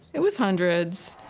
it was hundreds.